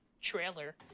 trailer